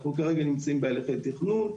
אנחנו כרגע נמצאים בהליכי תכנון,